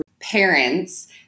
parents